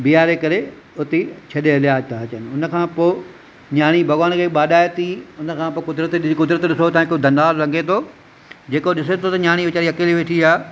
बीहारे करे उते ई छॾे हलिया था अचनि उनखां पोइ नियाणी भॻवान खे ॿाॾाए थी उनखां पोइ क़ुदिरत ॾिसो क़ुदिरत ॾिठो त हिक धनवार लंघे थो जेको ॾिसे थो त नियाणी वेचारी अकेली वेठी आहे